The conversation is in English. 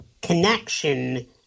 connection